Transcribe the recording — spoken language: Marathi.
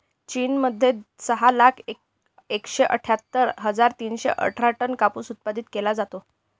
चीन मध्ये सहा लाख एकशे अठ्ठ्यातर हजार तीनशे अठरा टन कापूस उत्पादित केला जातो